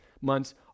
months